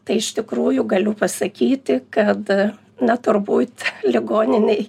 tai iš tikrųjų galiu pasakyti kad na turbūt ligoninėj